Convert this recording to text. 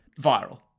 viral